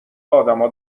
ادما